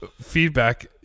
feedback